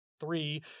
three